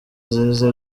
ziza